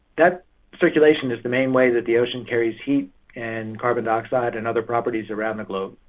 that circulation is the main way that the ocean carries heat and carbon dioxide and other properties around the globe,